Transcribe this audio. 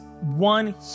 one